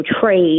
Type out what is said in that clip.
trade